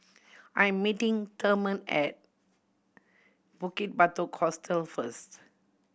I am meeting Thurman at Bukit Batok Hostel first